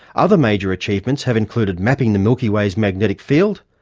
other major achievements have included mapping the milky way's magnetic field,